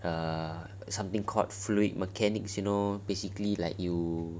err something called fluid mechanics you know basically like you